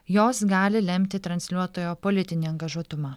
jos gali lemti transliuotojo politinį angažuotumą